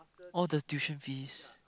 all the tuition fees